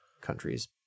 countries